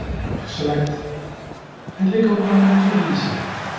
go to select and click on none to deselect.